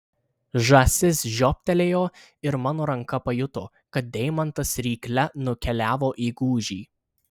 žąsis žioptelėjo ir mano ranka pajuto kad deimantas rykle nukeliavo į gūžį